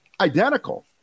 identical